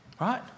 Right